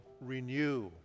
renew